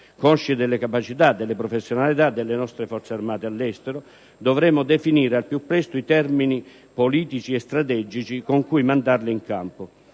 Consci delle capacità e delle professionalità delle nostre Forze armate all'estero, dovremo definire al più presto i termini politici e strategici con cui mandarle in campo.